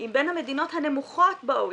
היא בין המדינות הנמוכות ב-OECD.